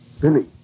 Billy